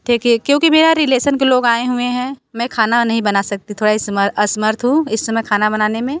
ठीक है क्योंकि भैया रिलेसन के लोग आए हुए हैं मैं खाना नहीं बना सकती थोड़ा इस समय असमर्थ हूँ इस समय खाना बनाने में